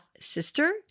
sister